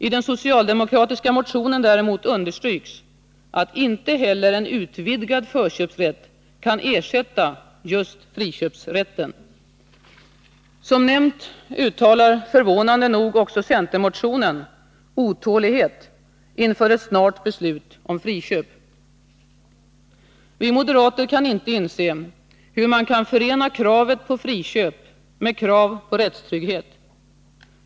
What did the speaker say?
I den socialdemokratiska motionen däremot understryks att inte heller en utvidgad förköpsrätt kan ersätta just friköpsrätten. Som nämnts uttalar — förvånande nog — också centermotionen otålighet inför ett snart beslut om friköp. Vi moderater kan inte inse hur man kan förena kravet på friköp med krav på rättstrygghet.